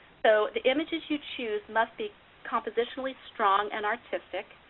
so the images you choose must be compositionally strong and artistic,